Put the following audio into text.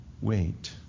Wait